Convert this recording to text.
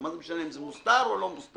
מה זה משנה אם זה מוסתר או לא מוסתר.